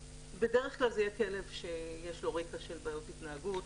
בדרך כלל זה יהיה כלב שיש לו רקע של בעיות התנהגות,